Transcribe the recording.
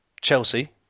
Chelsea